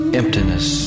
emptiness